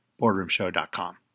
BoardroomShow.com